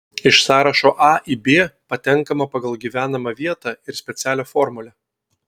iš sąrašo a į b patenkama pagal gyvenamą vietą ir specialią formulę